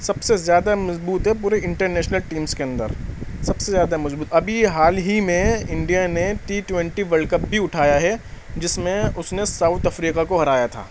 سب سے زیادہ مضبوط ہے پورے انٹرنیشنل ٹیمس کے اندر سب سے زیادہ مضبوط ابھی حال ہی میں انڈیا نے ٹی ٹونٹی ولڈ کپ بھی اٹھایا ہے جس میں اس نے ساؤتھ افریقہ کو ہرایا تھا